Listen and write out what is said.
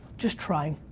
just trying,